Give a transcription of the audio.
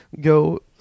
go